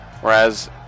Whereas